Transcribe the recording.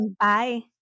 Bye